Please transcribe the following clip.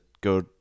go